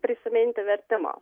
prisiminti vertimo